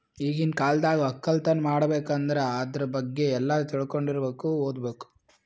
ಈಗಿನ್ ಕಾಲ್ದಾಗ ವಕ್ಕಲತನ್ ಮಾಡ್ಬೇಕ್ ಅಂದ್ರ ಆದ್ರ ಬಗ್ಗೆ ಎಲ್ಲಾ ತಿಳ್ಕೊಂಡಿರಬೇಕು ಓದ್ಬೇಕು